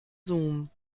zoom